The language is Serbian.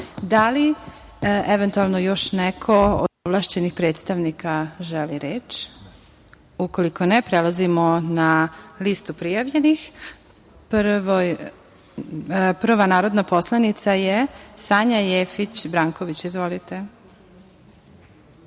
našu decu".Da li još neko od ovlašćenih predstavnika želi reč? (Ne)Ukoliko ne, prelazimo na listu prijavljenih. Prva je narodna poslanica Sanja Jefić Branković. Izvolite.